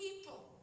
people